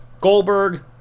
Goldberg